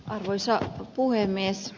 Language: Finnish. arvoisa puhemies